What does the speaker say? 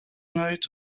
night